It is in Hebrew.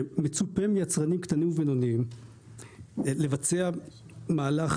מצופה מיצרנים קטנים ובינוניים לבצע מהלך